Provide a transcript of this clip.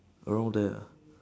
around there ah